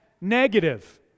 negative